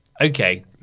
Okay